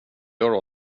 göra